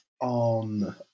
on